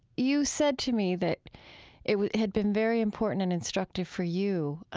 you said to me that it had been very important and instructive for you,